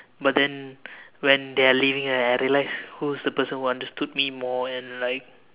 but then when they are leaving right I realize who is the person who understood me more and like